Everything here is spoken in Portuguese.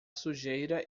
sujeira